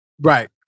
Right